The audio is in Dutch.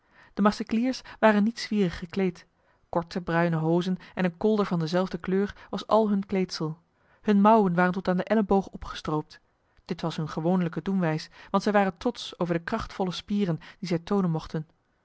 de macecliers waren niet zwierig gekleed korte bruine hozen en een kolder van dezelfde kleur was al hun kleedsel hun mouwen waren tot aan de elleboog opgestroopt dit was hun gewoonlijke doenwijs want zij waren trots over de krachtvolle spieren die zij tonen mochten